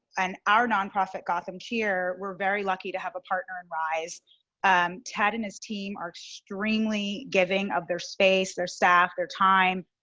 and our nonprofit gotham here. we're very lucky to have a partner and rise and um tad, and his team are extremely giving of their space their staff their time.